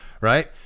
right